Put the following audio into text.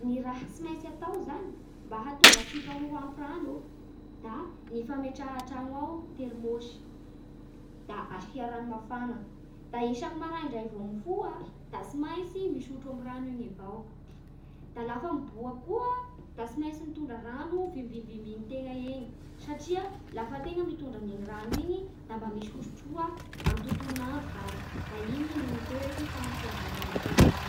Ny raha tsy maintsy atao zany mba hahatonga antsika ho ampy rano da ny fametraha antrano ao terimôsy da asia rano mafana, da isakin'ny maray vao mifoha da tsy maintsy misotro amin'iny rano igny avao. Da lafa miboaky koa da tsy maintsy mitondra rano vimbivimbinintegna egny satria lafa tena mitondra an'iny rano iny da mba misy ho sotroa amin'ny tontolon'andro zany da igny no miteraky fahampian-drano amintegna ao.